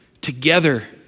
together